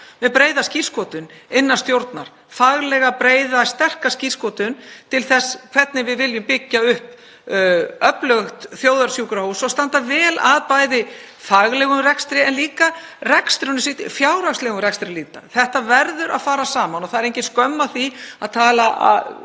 með breiða skírskotun innan stjórnar, faglega, breiða og sterka skírskotun til þess hvernig við viljum byggja upp öflugt þjóðarsjúkrahús og standa vel að faglegum rekstri en líka fjárhagslegum rekstri. Þetta verður að fara saman. Það er engin skömm að því að tala um